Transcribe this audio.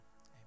Amen